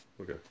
Okay